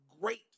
great